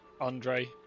Andre